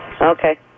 Okay